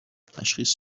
تشخیص